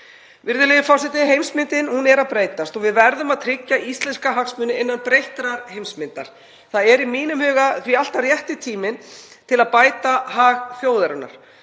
Virðulegi forseti. Heimsmyndin er að breytast og við verðum að tryggja íslenska hagsmuni innan breyttrar heimsmyndar. Það er því í mínum huga alltaf rétti tíminn til að bæta hag þjóðarinnar.